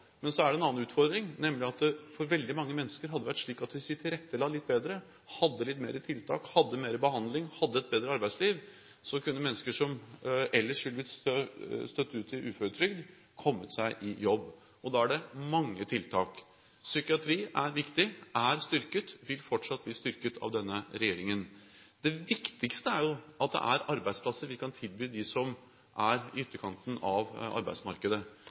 Men så er det en annen utfordring, nemlig at for veldig mange mennesker er det slik at hvis vi tilrettela litt bedre, hadde litt mer tiltak, hadde mer behandling, hadde et bedre arbeidsliv, kunne de som ellers ville blitt støtt ut i uføretrygd, kommet seg i jobb. Da er det mange tiltak: Psykiatrien er viktig; den er styrket og vil fortsatt bli styrket av denne regjeringen. Det viktigste er jo at det er arbeidsplasser som vi kan tilby dem som er i ytterkanten av arbeidsmarkedet.